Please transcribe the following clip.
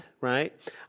right